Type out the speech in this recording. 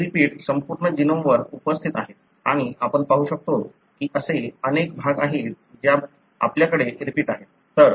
हे रिपीट संपूर्ण जीनोमवर उपस्थित आहेत आणि आपण पाहू शकतो की असे अनेक भाग आहेत जे आपल्याकडे रिपीट आहेत